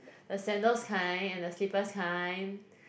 the sandals kind and the slippers kind